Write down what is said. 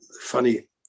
funny